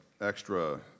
extra